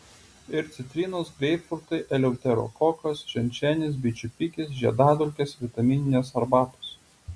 ir citrinos greipfrutai eleuterokokas ženšenis bičių pikis žiedadulkės vitamininės arbatos